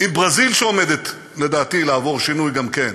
עם ברזיל, שעומדת לדעתי לעבור שינוי גם כן.